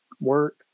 work